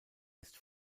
ist